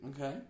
Okay